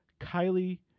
Kylie